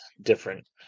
different